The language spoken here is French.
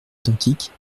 identiques